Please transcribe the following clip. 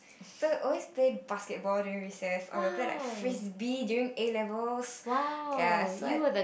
so we always play basketball during recess or they will play like frisbee during A-levels ya so I